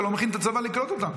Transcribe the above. אתה לא מכין את הצבא לקלוט אותם.